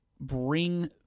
bring